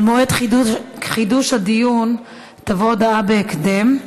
על מועד חידוש הדיון תבוא הודעה בהקדם.